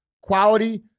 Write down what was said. quality